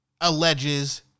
alleges